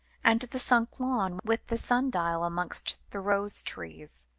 and the sunk lawn, with the sun-dial amongst the rose-trees,